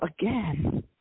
again